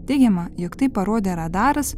teigiama jog tai parodė radaras